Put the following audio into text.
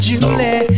Julie